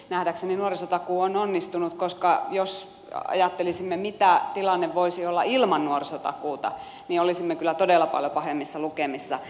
nähdäkseni nuorisotakuu on onnistunut koska jos ajattelisimme mitä tilanne voisi olla ilman nuorisotakuuta olisimme kyllä todella paljon pahemmissa lukemissa